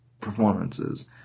performances